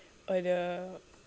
or the